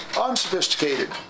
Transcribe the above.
unsophisticated